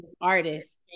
artists